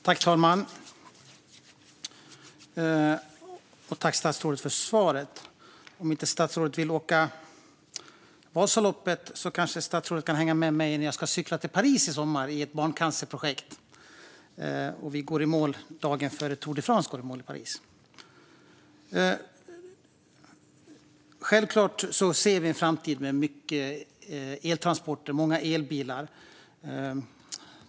Fru talman! Tack, statsrådet, för svaret! Om inte statsrådet vill åka Vasaloppet kanske statsrådet kan hänga med mig när jag ska cykla till Paris i sommar i ett barncancerprojekt. Vi går i mål dagen innan Tour de France går i mål i Paris. Självklart ser vi en framtid med mycket eltransporter och många elbilar.